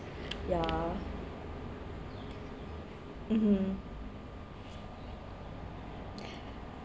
ya mmhmm